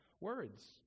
words